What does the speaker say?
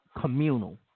communal